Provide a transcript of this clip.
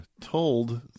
told